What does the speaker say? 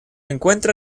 encuentra